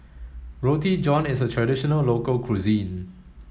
Roti John is a traditional local cuisine